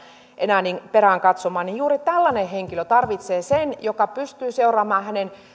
enää omien asioidensa perään katsomaan juuri tällainen henkilö tarvitsee sen joka pystyy seuraamaan hänen